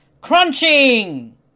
Crunching